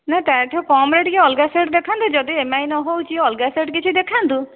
ନା ତାଠୁ କମରେ ଅଲଗା ସେଟ୍ ଦେଖାନ୍ତୁ ଯଦି ଏମ୍ ଆଇ ନ ହେଉଛି ଅଲଗା ସେଟ୍ କିଛି ଦେଖାନ୍ତୁ